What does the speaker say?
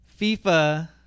FIFA